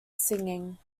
singing